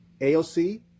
AOC